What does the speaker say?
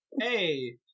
Hey